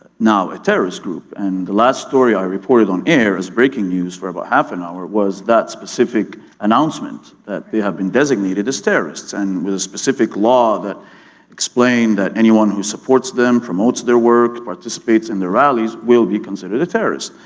now a terrorist group, and the last story i reported on air as breaking news for about half an hour was that specific announcement that they had been designated as terrorists. and with the specific law that explained that anyone who supports them, promotes their work, participates in their rallies will be considered a terrorist.